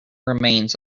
remains